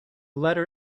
letter